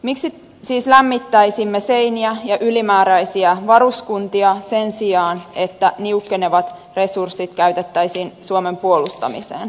miksi siis lämmittäisimme seiniä ja ylimääräisiä varuskuntia sen sijaan että niukkenevat resurssit käytettäisiin suomen puolustamiseen